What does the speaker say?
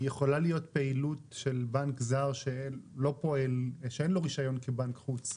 יכולה להיות פעילות של בנק זר שלא פועל ושאין לו רישיון של בנק חוץ,